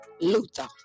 Luther